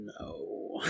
No